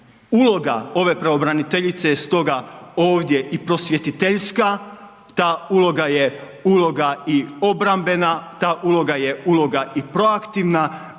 Uloga ove pravobraniteljice je stoga ovdje i prosvjetiteljska, ta uloga je uloga i obrambena, ta uloga je uloga i pro aktivna,